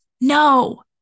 No